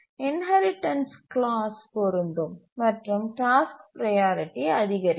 inheritance class பொருந்தும் மற்றும் task priority அதிகரிக்கும்